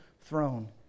throne